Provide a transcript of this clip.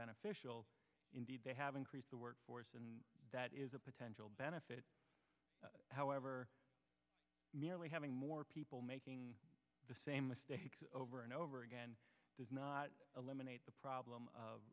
beneficial indeed they have increased the workforce and that is a potential benefit however merely having more people making the same mistakes over and over again does not eliminate the problem of